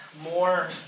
more